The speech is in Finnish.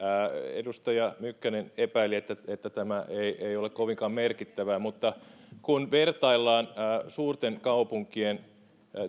edustaja mykkänen epäili että että tämä ei ei ole kovinkaan merkittävää mutta kun vertaillaan suurten kaupunkien